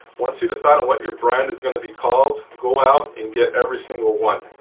once you decide what your brand is going to be called go out and get every single one.